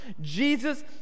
Jesus